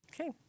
Okay